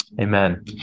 Amen